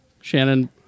Shannon